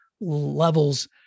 levels